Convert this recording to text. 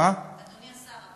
אדוני השר,